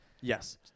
Yes